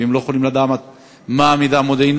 והם לא יכולים לדעת מהו המידע המודיעיני,